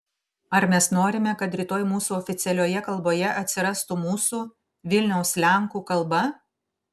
ar mes norime kad rytoj mūsų oficialioje kalboje atsirastų mūsų vilniaus lenkų kalba